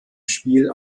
spiel